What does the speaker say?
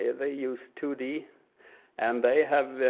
they use two d and they have